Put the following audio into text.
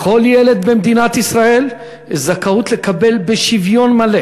לכל ילד במדינת ישראל זכאות לקבל בשוויון מלא